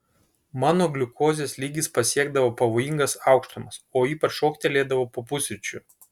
mano gliukozės lygis pasiekdavo pavojingas aukštumas o ypač šoktelėdavo po pusryčių